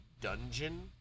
dungeon